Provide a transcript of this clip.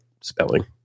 spelling